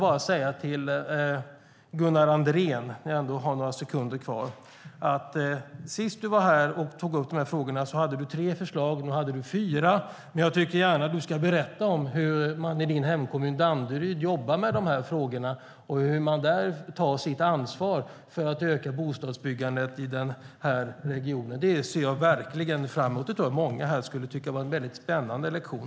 När Gunnar Andrén senast tog upp de här frågorna hade han tre förslag. Nu hade han fyra. Men jag tycker att han gärna får berätta hur man i hans hemkommun Danderyd jobbar med detta och hur man där tar sitt ansvar för att öka bostadsbyggandet i den här regionen. Det ser jag verkligen fram emot, och det tror jag många här skulle tycka var en väldigt spännande lektion.